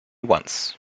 once